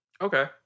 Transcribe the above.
Okay